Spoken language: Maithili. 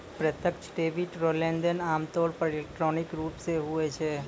प्रत्यक्ष डेबिट रो लेनदेन आमतौर पर इलेक्ट्रॉनिक रूप से हुवै छै